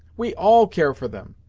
we all care for them,